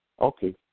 okay